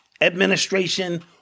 administration